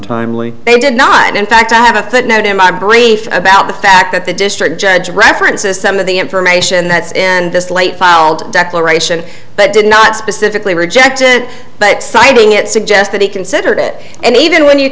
timely they did not in fact i have a footnote in my brain about the fact that the district judge references some of the information that's and this late filed declaration but did not specifically reject it but citing it suggest that he considered it and even when you